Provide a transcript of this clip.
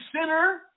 sinner